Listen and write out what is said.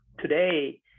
today